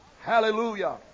Hallelujah